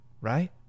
right